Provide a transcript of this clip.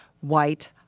white